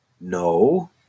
No